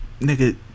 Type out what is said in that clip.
nigga